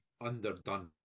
underdone